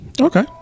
okay